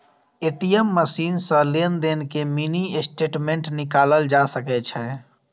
ATM machine सं लेनदेन के मिनी स्टेटमेंट निकालल जा सकै छै